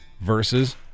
versus